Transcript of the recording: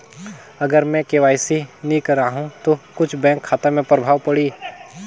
अगर मे के.वाई.सी नी कराहू तो कुछ बैंक खाता मे प्रभाव पढ़ी?